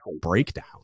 breakdown